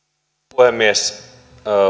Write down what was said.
puhemies